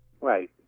Right